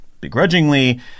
begrudgingly